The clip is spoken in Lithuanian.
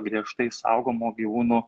griežtai saugomų gyvūnų